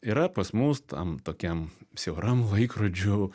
yra pas mus tam tokiam siauram laikrodžių